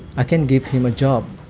i can give him a job